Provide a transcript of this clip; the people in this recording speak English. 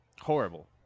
horrible